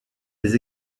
les